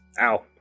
Ow